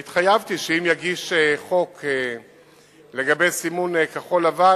התחייבתי שאם הוא יגיש חוק לגבי סימון כחול-לבן,